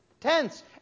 tents